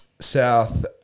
South